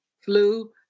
flu